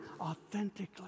authentically